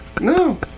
No